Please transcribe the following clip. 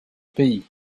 pays